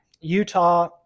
Utah